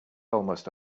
almost